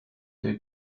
der